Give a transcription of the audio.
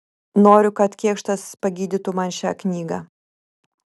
noriu kad kėkštas pagydytų man šią knygą